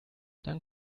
dank